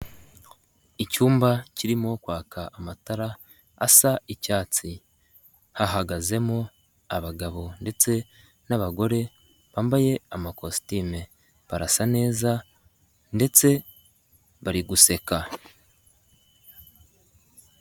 Icyumba kirimo kwaka amatara asa icyatsi, hahagazemo abagabo ndetse n'abagore bambaye amakositime, barasa neza ndetse bari guseka.